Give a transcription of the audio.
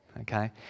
okay